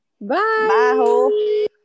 Bye